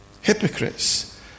hypocrites